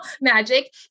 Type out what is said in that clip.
Magic